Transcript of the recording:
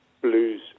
Blues